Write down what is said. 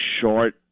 short